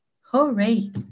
Hooray